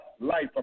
life